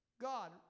God